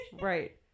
Right